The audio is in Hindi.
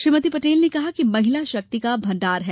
श्रीमती पटेल ने कहा कि महिला शक्ति का भण्डार है